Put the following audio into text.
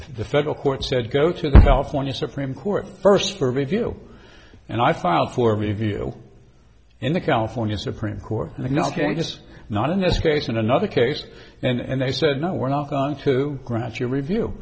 the federal court said go to the california supreme court first for review and i filed for review in the california supreme court an ok just not in this case in another case and they said no we're not going to grant your review